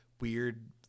weird